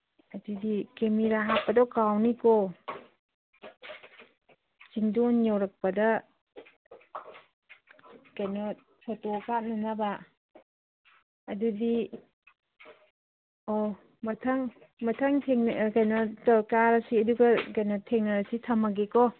ꯑꯗꯨꯗꯤ ꯀꯦꯃꯦꯔꯥ ꯍꯥꯞꯄꯗꯣ ꯀꯥꯎꯅꯤ ꯆꯤꯡꯗꯣꯟ ꯌꯧꯔꯛꯄꯗ ꯀꯩꯅꯣ ꯐꯣꯇꯣ ꯀꯥꯞꯅꯅꯕ ꯑꯗꯨꯗꯤ ꯑꯣ ꯃꯊꯪ ꯃꯊꯪ ꯀꯥꯔꯁꯤ ꯑꯗꯨꯒ ꯀꯩꯅꯣ ꯊꯦꯡꯅꯔꯁꯤ ꯊꯝꯃꯒꯦꯀꯣ